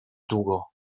długo